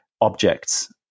objects